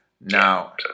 Now